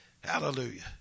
Hallelujah